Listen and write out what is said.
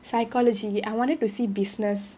psychology I wanted to see business